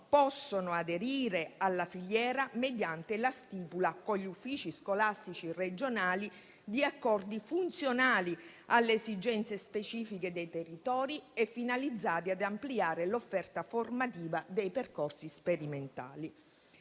possono aderire alla filiera mediante la stipula, con gli uffici scolastici regionali, di accordi funzionali alle esigenze specifiche dei territori e finalizzati ad ampliare l'offerta formativa dei percorsi sperimentali.